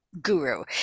guru